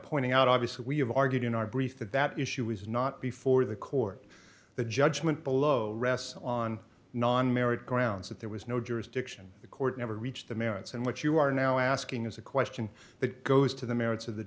pointing out obviously we have argued in our brief that that issue is not before the court the judgment below rests on non married grounds that there was no jurisdiction the court never reached the merits and what you are now asking is a question that goes to the merits of the